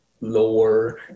lower